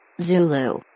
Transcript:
Zulu